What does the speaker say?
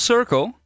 Circle